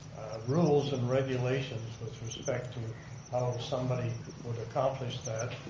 rules and regulations with respect to how somebody would accomplish that.